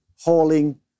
hauling